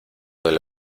del